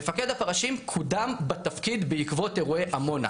מפקד הפרשים קודם בתפקיד בעקבות אירועי עמונה.